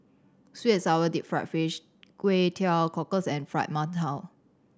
sweet sour deep fried fish Kway Teow Cockles and Fried Mantou